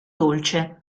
dolce